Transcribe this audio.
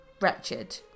wretched